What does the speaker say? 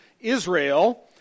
Israel